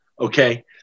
okay